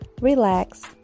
relax